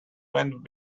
went